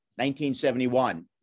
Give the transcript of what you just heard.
1971